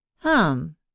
Hum